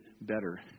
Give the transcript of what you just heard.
better